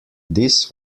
this